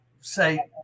say